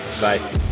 Bye